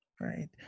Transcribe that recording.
Right